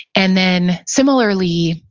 and then similarly,